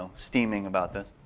steaming about this.